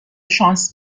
شانس